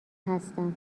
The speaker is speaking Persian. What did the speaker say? هستم